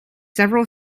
several